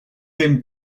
him